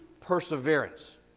perseverance